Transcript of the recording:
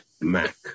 Mac